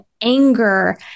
anger